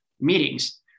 meetings